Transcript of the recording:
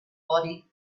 body